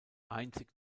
einzig